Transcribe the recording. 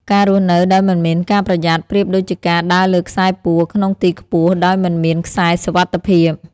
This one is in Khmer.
ការរស់នៅដោយមិនមានការប្រយ័ត្ន ប្រៀបដូចជាការដើរលើខ្សែពួរក្នុងទីខ្ពស់ដោយមិនមានខ្សែសុវត្ថិភាព។